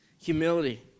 humility